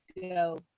go